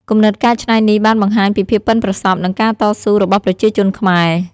គំនិតកែច្នៃនេះបានបង្ហាញពីភាពប៉ិនប្រសប់ និងការតស៊ូរបស់ប្រជាជនខ្មែរ។